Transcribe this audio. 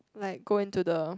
like go into the